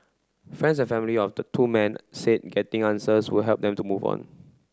friends and family of the two men said getting answers would help them to move on